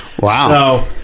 Wow